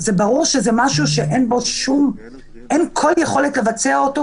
זה ברור שזה משהו שאין כל יכולת לבצע אותו,